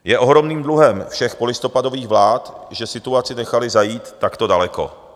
Je ohromným dluhem všech polistopadových vlád, že situaci nechali zajít takto daleko.